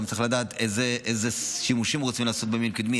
גם צריך לדעת אילו שימושים רוצים לעשות במיון קדמי,